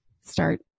start